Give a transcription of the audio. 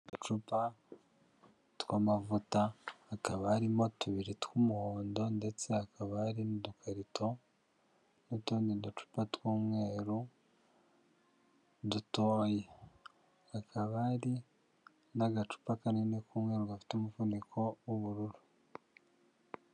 Uducupa tw'amavuta hakaba arimo tubiri tw'umuhondo ndetse hakaba hari n'udukarito, n'utundi ducupa tw'umweru dutoya, hakaba hari n'agacupa kanini k'umweru gafite umuvuniko w'ubururu.